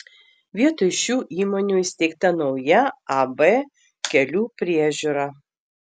vietoj šių įmonių įsteigta nauja ab kelių priežiūra